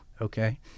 Okay